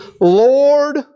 Lord